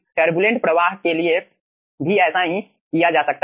turbulent प्रवाह के लिए भी ऐसा ही किया जा सकता है